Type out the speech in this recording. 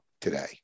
today